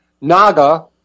Naga